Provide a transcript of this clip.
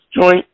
joint